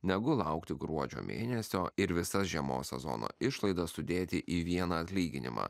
negu laukti gruodžio mėnesio ir visas žiemos sezono išlaidas sudėti į vieną atlyginimą